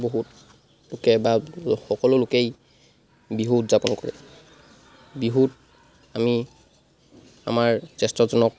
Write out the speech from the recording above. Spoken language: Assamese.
বহুত লোকে বা সকলো লোকেই বিহু উদযাপন কৰে বিহুত আমি আমাৰ জ্যেষ্ঠজনক